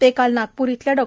ते काल नागपूर इयल्या डॉ